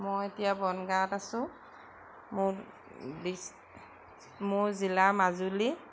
মই এতিয়া বনগাঁৱত আছো মোৰ মোৰ জিলা মাজুলী